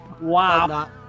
Wow